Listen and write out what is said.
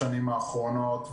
אני רוצה לשמוע אם